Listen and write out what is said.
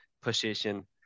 position